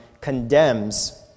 condemns